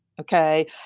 Okay